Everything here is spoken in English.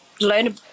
learn